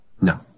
No